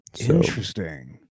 Interesting